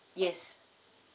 yes